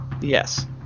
Yes